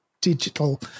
digital